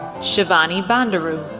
shivani bandaru,